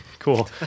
Cool